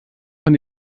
von